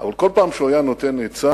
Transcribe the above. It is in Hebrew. אבל כל פעם שהוא היה נותן עצה,